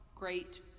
great